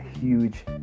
huge